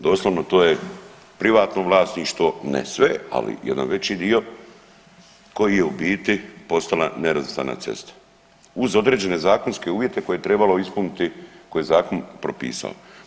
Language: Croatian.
Doslovno to je privatno vlasništvo, ne sve, ali jedan veći dio koji je u biti postala nerazvrstana cesta uz određene zakonske uvjete koje je trebalo ispuniti koje je zakon propisao.